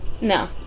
No